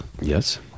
Yes